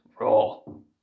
roll